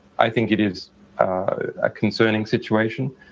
i think it is a concerning situation.